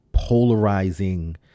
Polarizing